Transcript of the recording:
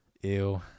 Ew